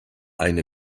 eine